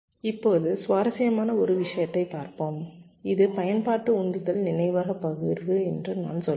இப்போது சுவாரஸ்யமான ஒரு விஷயத்தைப் பார்ப்போம் இது பயன்பாட்டு உந்துதல் நினைவக பகிர்வு என்று நான் சொல்கிறேன்